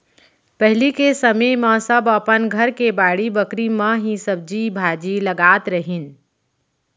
पहिली के समे म सब अपन घर के बाड़ी बखरी म ही सब्जी भाजी लगात रहिन